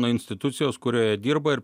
nuo institucijos kurioje dirba ir